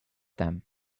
them